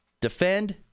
Defend